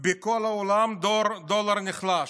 בכל העולם הדולר נחלש,